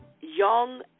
young